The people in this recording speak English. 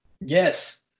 Yes